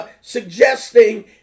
suggesting